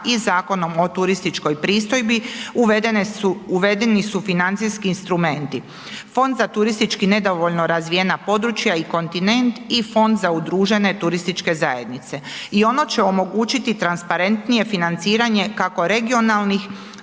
i Zakonom o turističkoj pristojbi, uvedeni su financijski instrumenti. Fond za turistički nedovoljno razvijena područja i kontinent i fond za udružene turističke zajednice i ono će omogućiti transparentnije financiranje kako regionalnih